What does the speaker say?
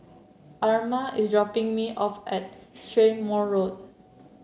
Irma is dropping me off at Strathmore Road